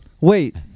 Wait